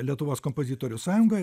lietuvos kompozitorių sąjunga